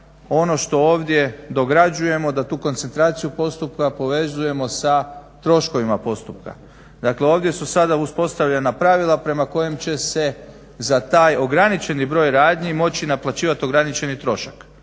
Ono što ovdje dograđujemo da tu koncentraciju postupka povezujemo sa troškovima postupka. Dakle, ovdje su sada uspostavljena pravila prema kojem će se za taj ograničeni broj radnji moći naplaćivati ograničeni trošak.